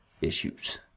issues